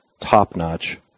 top-notch